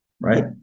right